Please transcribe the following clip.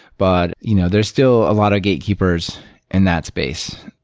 but you know there's still a lot of gatekeepers in that space.